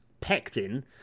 pectin –